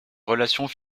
relations